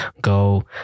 go